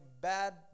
bad